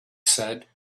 said